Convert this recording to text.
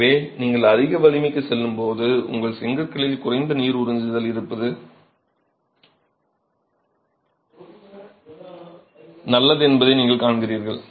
எனவே நீங்கள் அதிக வலிமைக்கு செல்லும்போது உங்கள் செங்கற்களில் குறைந்த நீர் உறிஞ்சுதல் இருப்பது நல்லது என்பதை நீங்கள் காண்கிறீர்கள்